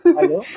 Hello